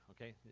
okay